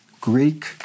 Greek